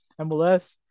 MLS